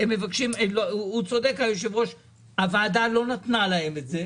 צודק היושב-ראש שאמר שהוועדה לא נתנה להם את זה,